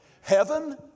Heaven